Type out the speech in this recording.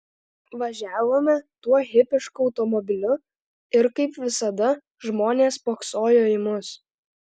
važiavome tuo hipišku automobiliu ir kaip visada žmonės spoksojo į mus